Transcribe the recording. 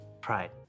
pride